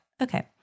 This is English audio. Okay